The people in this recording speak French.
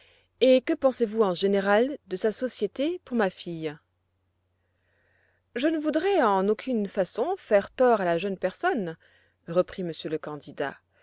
et que pensez-vous en général de sa société pour ma fille je ne voudrais en aucune façon faire tort à la jeune personne reprit monsieur le candidat